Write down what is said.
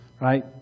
right